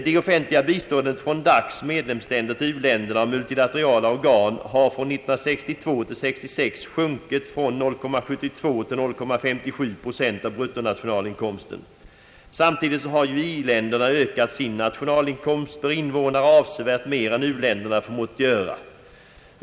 Det offentliga biståndet från DAC:s medlemsländer till u-länderna och multilaterala organ har från 1962 till 1966 sjunkit från 0,72 till 0,57 procent av bruttonationalinkomsten. Samtidigt har i-länderna ökat sin nationalinkomst per invånare avsevärt mer än u-länderna förmått göra.